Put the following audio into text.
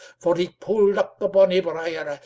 for he pulled up the bonny brier,